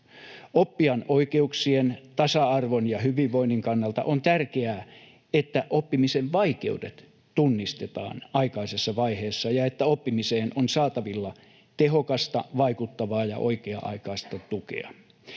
Oppijan oikeuksien, tasa-arvon ja hyvinvoinnin kannalta on tärkeää, että oppimisen vaikeudet tunnistetaan aikaisessa vaiheessa ja että oppimiseen on saatavilla tehokasta, vaikuttavaa ja oikea-aikaista tukea.